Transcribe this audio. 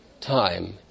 time